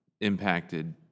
impacted